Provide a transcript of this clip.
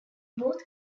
both